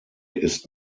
ist